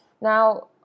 Now